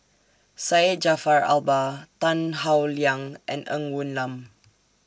Syed Jaafar Albar Tan Howe Liang and Ng Woon Lam